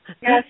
Yes